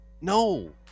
No